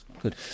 Good